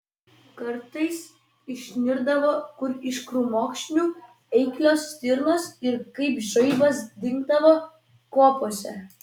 kartais išnirdavo kur iš krūmokšnių eiklios stirnos ir kaip žaibas dingdavo kopose